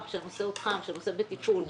כשהנושא הוא חם, כשהנושא בטיפול?